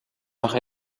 мах